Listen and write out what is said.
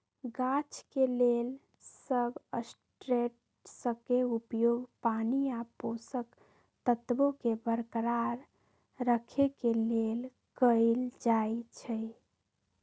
गाछ के लेल सबस्ट्रेट्सके उपयोग पानी आ पोषक तत्वोंके बरकरार रखेके लेल कएल जाइ छइ